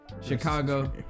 Chicago